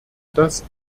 das